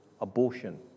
abortion